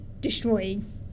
destroying